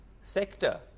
sector